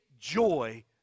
Joy